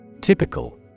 Typical